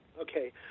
Okay